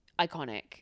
iconic